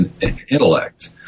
intellect